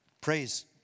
Praise